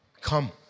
Come